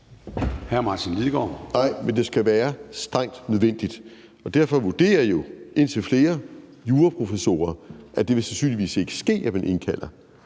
14:00 Martin Lidegaard (RV): Nej, men det skal være strengt nødvendigt, og derfor vurderer jo indtil flere juraprofessorer, at det sandsynligvis ikke vil ske, at man indkalder,